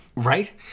Right